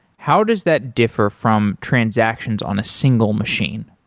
how does that differ from transactions on a single machine?